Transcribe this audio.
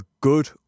good